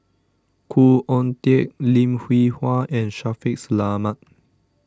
Khoo Oon Teik Lim Hwee Hua and Shaffiq Selamat